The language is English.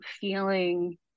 feeling